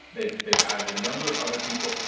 they've they've outed a number of other people.